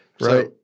right